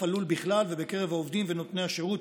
הלול בכלל ובקרב העובדים ונותני השירות